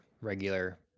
regular